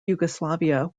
yugoslavia